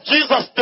Jesus